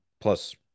Plus